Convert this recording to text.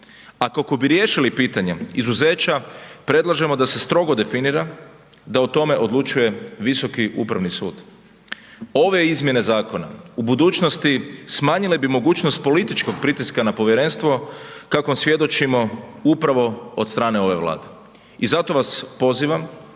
kako bi riješili pitanje izuzeća, predlažemo da se strogo definira da o tome odlučuje Visoki upravni sud. Ove izmjene zakona u budućnosti smanjile bi mogućnost političkog pritiska na povjerenstvo kakvom svjedočimo upravo od strane ove Vlade. I zato vas pozivam